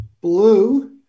Blue